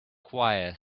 choir